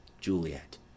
Juliet